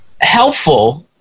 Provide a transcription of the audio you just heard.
helpful